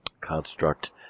construct